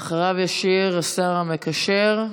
ואחריו ישיב השר המקשר.